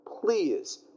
Please